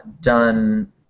done